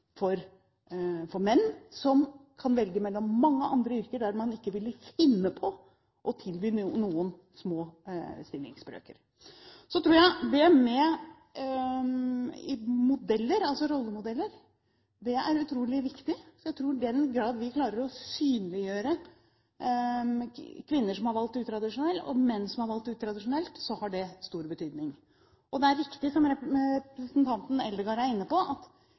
attraktive for menn, som kan velge mellom mange andre yrker der man ikke ville funnet på å tilby noen små stillingsbrøker. Jeg tror at rollemodeller er utrolig viktig. Jeg tror at i den grad vi klarer å synliggjøre kvinner som har valgt utradisjonelt, og menn som har valgt utradisjonelt, så har det stor betydning. Det er riktig, som representanten Eldegard er inne på, at